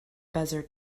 bezier